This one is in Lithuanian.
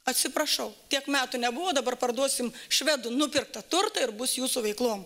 atsiprašau tiek metų nebuvo dabar parduosim švedų nupirktą turtą ir bus jūsų veiklom